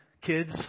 kids